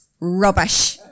Rubbish